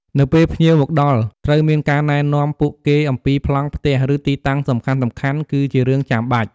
នៅពេលភ្ញៀវមកដល់ ត្រូវមានការណែនាំពួកគេអំពីប្លង់ផ្ទះ ឬទីតាំងសំខាន់ៗ គឺជារឿងចាំបាច់។